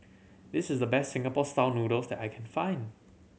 this is the best Singapore Style Noodles that I can find